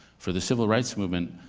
for the civil rights movement,